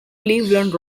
cleveland